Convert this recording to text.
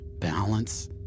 balance